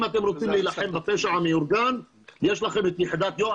אם אתם רוצים להילחם בפשע המאורגן יש לכם את יחידת יואב.